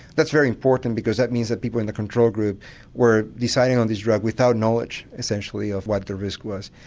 that's very important because that means that people in the control group were deciding on this drug without knowledge essentially of what the risk was.